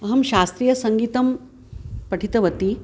अहं शास्त्रीयसङ्गीतं पठितवती